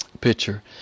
picture